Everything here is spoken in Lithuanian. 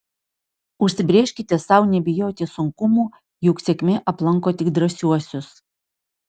užsibrėžkite sau nebijoti sunkumų juk sėkmė aplanko tik drąsiuosius